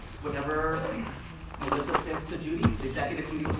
whatever melissa sends to judy. executive